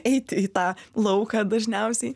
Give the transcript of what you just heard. eiti į tą lauką dažniausiai